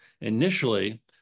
initially